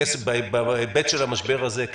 בהיבט של המשבר הזה,